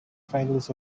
finals